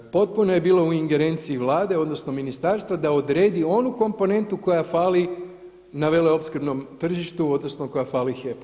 Potpuno je bilo u ingerenciji Vlade, odnosno ministarstva da odredi onu komponentu koja fali na veleopskrbnom tržištu odnosno koja fali HEP-u.